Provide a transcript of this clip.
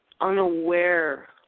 unaware